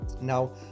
Now